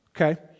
Okay